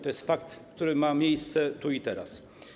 To jest fakt, który ma miejsce tu i teraz.